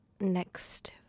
next